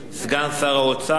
ישיב סגן שר האוצר.